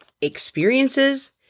experiences